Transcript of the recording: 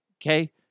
Okay